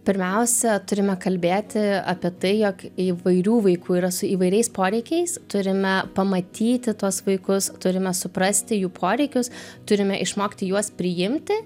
pirmiausia turime kalbėti apie tai jog įvairių vaikų yra su įvairiais poreikiais turime pamatyti tuos vaikus turime suprasti jų poreikius turime išmokti juos priimti